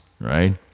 Right